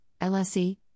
LSE